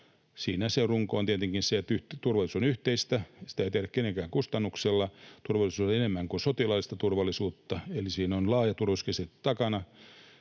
Siinä se runko on tietenkin se, että turvallisuus on yhteistä, sitä ei tehdä kenenkään kustannuksella. Turvallisuus on enemmän kuin sotilaallista turvallisuutta, eli siinä on laaja turvallisuuskäsite takana,